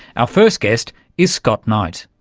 our first guest is scott knight,